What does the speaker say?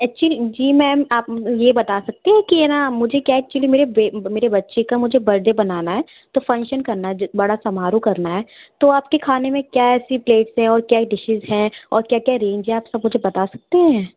actually जी ma'am आप ये बता सकती हैं कि ये ना मुझे क्या एक्चुअली मेरे मेरे बच्चे का मुझे बड्डे मनाना है तो फंशन करना है ज बड़ा समारोह करना है तो आपके खाने में क्या ऐसी प्लेट्स हैं और क्या डीशेश हैं और क्या क्या रेंज है आप सब मुझे बता सकते हैं